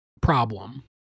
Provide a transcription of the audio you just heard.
problem